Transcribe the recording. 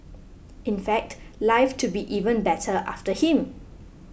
in fact life to be even better after him